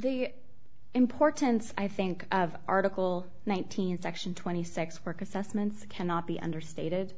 the importance i think of article nineteen section twenty six work assessments cannot be understated